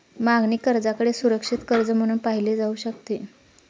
मागणी कर्जाकडे सुरक्षित कर्ज म्हणून पाहिले जाऊ शकते